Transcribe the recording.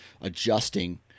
adjusting